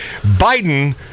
Biden